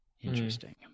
Interesting